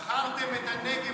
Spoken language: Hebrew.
עמ' 44. מכרתם את הנגב,